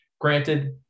Granted